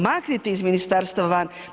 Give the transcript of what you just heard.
Maknite iz ministarstva van.